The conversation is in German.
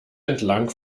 entlang